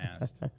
asked